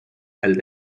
health